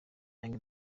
young